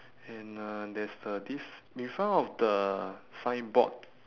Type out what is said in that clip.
and uh there's a this in front of the signboard